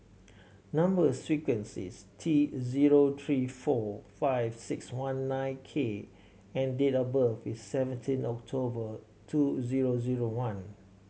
number sequence is T zero three four five six one nine K and date of birth is seventeen October two zero zero one